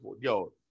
Yo